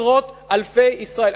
עשרות אלפי ישראלים,